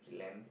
lamb